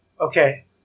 Okay